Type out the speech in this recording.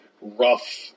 rough